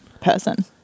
person